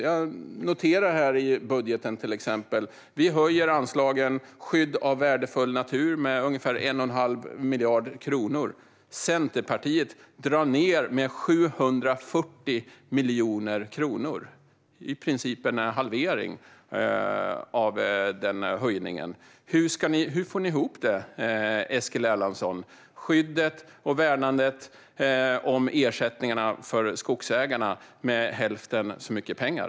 Jag noterar att vi i budgeten höjer anslaget för skydd av värdefull natur med ungefär 1 1⁄2 miljard kronor. Centerpartiet drar i stället ned detta med 740 miljoner kronor - i princip en halvering av denna höjning. Hur får ni ihop det, Eskil Erlandsson? Hur får ni ihop skyddet och värnandet av ersättningarna för skogsägarna med hälften så mycket pengar?